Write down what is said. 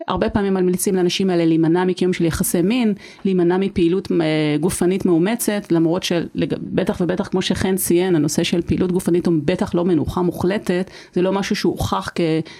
הרבה פעמים ממליצים לאנשים האלה להימנע מקיום של יחסי מין, להימנע מפעילות גופנית מאומצת, למרות שבטח ובטח כמו שחן ציין הנושא של פעילות גופנית הוא בטח לא מנוחה מוחלטת זה לא משהו שהוא הוכח כ...